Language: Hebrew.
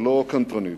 ולא קנטרנית,